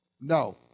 no